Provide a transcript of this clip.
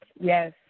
Yes